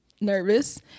nervous